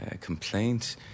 complaint